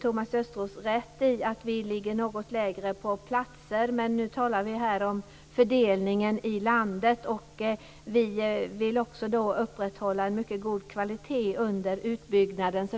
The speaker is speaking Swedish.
Thomas Östros har rätt i att vi ligger något lägre i fråga om antal platser, men nu talar vi om fördelningen i landet. Vi vill att man upprätthåller en god kvalitet under utbyggnaden.